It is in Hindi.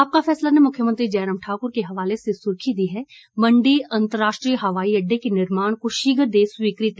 आपका फैसला ने मुख्यमंत्री जयराम ठाकुर के हवाले से सुर्खी दी है मंडी अंतरराष्ट्रीय हवाई अड्डे के निर्माण को शीघ्र दें स्वीकृति